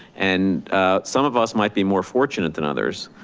and some of us might be more fortunate than others.